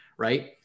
Right